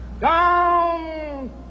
down